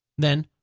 then,